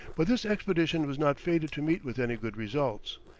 but this expedition was not fated to meet with any good results,